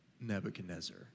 Nebuchadnezzar